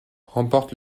remporte